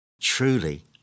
Truly